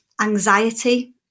Anxiety